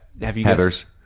Heather's